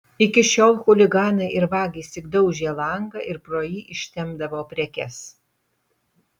iki šiol chuliganai ir vagys tik daužė langą ir pro jį ištempdavo prekes